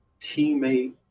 teammate